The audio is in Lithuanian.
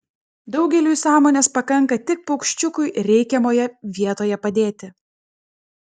daugeliui sąmonės pakanka tik paukščiukui reikiamoje vietoje padėti